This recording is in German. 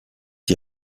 die